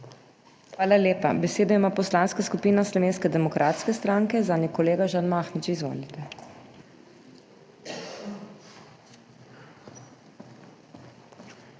Hvala lepa. Besedo ima Poslanska skupina Slovenske demokratske stranke, zanjo kolega Žan Mahnič. Izvolite.